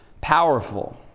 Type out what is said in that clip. powerful